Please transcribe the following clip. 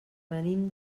venim